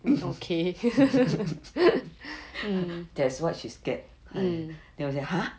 there is [what] she scared !hais! then I said !huh!